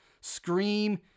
Scream